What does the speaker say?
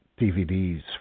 DVDs